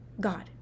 God